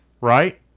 Right